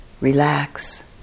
relax